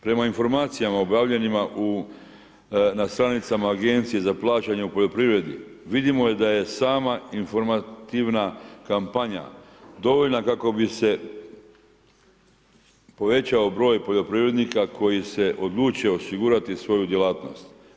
Prema informacijama objavljenima na stranicama agencije za plaćanje u poljoprivredi vidljivo je da je sama informativna kampanja dovoljna kako bi se povećao broj poljoprivrednika koji se odluče osigurati svoju djelatnost.